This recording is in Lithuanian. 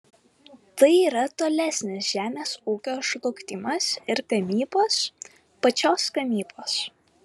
tai yra tolesnis žemės ūkio žlugdymas ir gamybos pačios gamybos